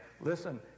Listen